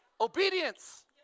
Obedience